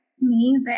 Amazing